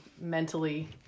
mentally